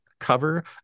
cover